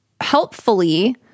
helpfully